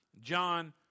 John